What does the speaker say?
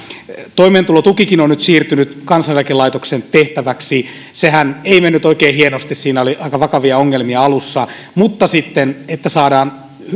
toimeentulotukikin on nyt siirtynyt kansaneläkelaitoksen tehtäväksi sehän ei mennyt oikein hienosti siinä oli aika vakavia ongelmia alussa mutta sitten että saadaan